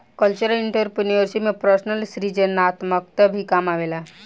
cultural entrepreneurship में personal सृजनात्मकता भी काम आवेला